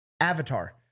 Avatar